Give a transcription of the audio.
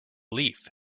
leaf